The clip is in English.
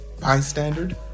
bystander